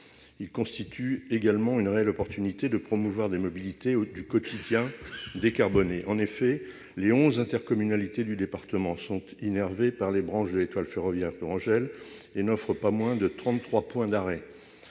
Il constitue également une réelle opportunité de promouvoir les mobilités décarbonées du quotidien. En effet, les onze intercommunalités du département sont innervées par les branches de l'étoile ferroviaire tourangelle et elles n'offrent pas moins de trente-trois points d'arrêt.